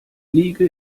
liege